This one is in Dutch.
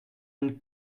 een